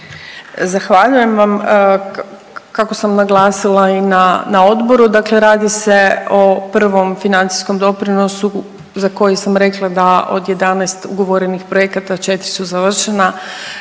Zahvaljujem vam. Kako sam naglasila i na odboru, dakle radi se o prvom financijskom doprinosu za koji sam rekla dao 11 ugovorenih projekata, 4 su završena,